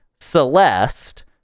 celeste